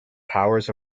powers